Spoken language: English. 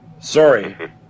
Sorry